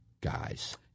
guys